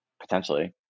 potentially